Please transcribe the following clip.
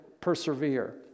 persevere